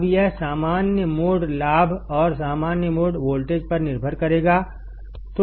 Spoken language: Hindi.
अब यह सामान्य मोड लाभ और सामान्य मोड वोल्टेज पर निर्भर करेगा